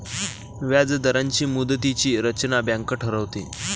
व्याजदरांची मुदतीची रचना बँक ठरवते